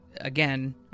again